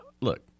Look